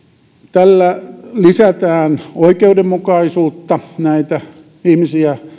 tällä lisätään oikeudenmukaisuutta niitä ihmisiä